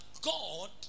God